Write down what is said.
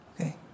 Okay